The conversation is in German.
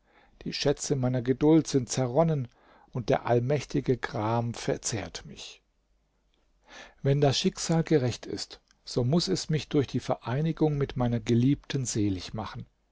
die schätze meiner geduld sind zerronnen und der allmächtige gram verzehrt mich wenn das schicksal gerecht ist so muß es mich durch die vereinigung mit meiner geliebten selig machen